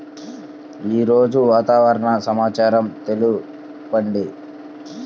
ఈరోజు వాతావరణ సమాచారం తెలుపండి